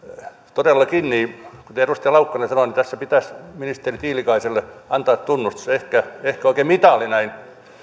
todellakin kuten edustaja laukkanen sanoi tässä pitäisi ministeri tiilikaiselle antaa tunnustus ehkä ehkä oikein mitali näin